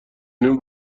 نیم